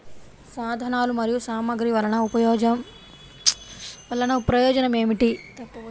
సాధనాలు మరియు సామగ్రి వల్లన ప్రయోజనం ఏమిటీ?